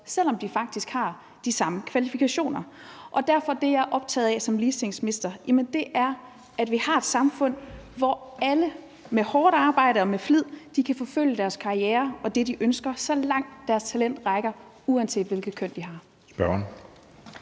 selv om de faktisk har de samme kvalifikationer. Derfor er det, jeg er optaget af som ligestillingsminister, at vi har et samfund, hvor alle med hårdt arbejde og med flid kan forfølge deres karriere og det, de ønsker, så langt deres talent rækker, uanset hvilket køn de har.